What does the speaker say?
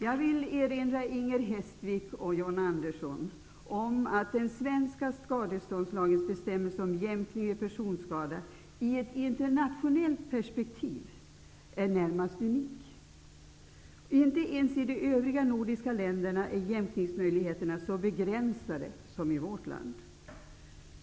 Jag vill erinra Inger Hestvik och John Andersson om att den svenska skadeståndslagens bestämmelser om jämkning vid personskada i ett internationellt perspektiv är närmast unik. Inte ens i de övriga nordiska länderna är jämkningsmöjligheterna så begränsade som i vårt land.